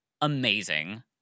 amazing